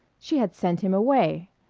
she had sent him away!